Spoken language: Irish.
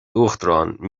uachtaráin